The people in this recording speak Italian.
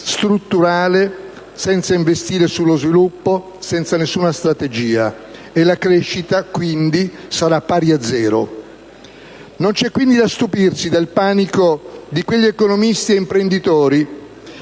strutturale, senza investire sullo sviluppo, senza nessuna strategia. E la crescita quindi sarà pari a zero. Non c'è quindi da stupirsi del panico di quegli economisti ed imprenditori